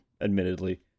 admittedly